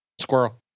Squirrel